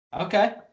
Okay